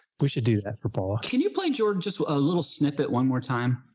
we should do that for paula. can you play jordan just a little snippet one more time.